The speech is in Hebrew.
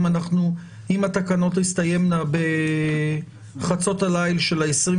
אם התקנות תסתיימנה בחצות הליל של ה-22